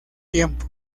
tiempo